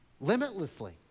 limitlessly